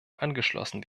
angeschlossen